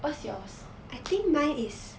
what's yours